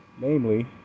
namely